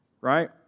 right